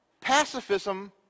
pacifism